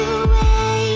away